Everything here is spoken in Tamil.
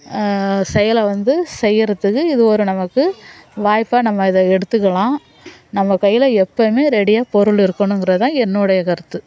செயலை வந்து செய்கிறத்துக்கு இது ஒரு நமக்கு வாய்ப்பாக நம்ம இதை எடுத்துக்கலாம் நம்ம கையில எப்பயுமே ரெடியாக பொருள் இருக்கணுங்கிறதுதான் என்னுடைய கருத்து